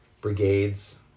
brigades